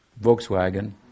Volkswagen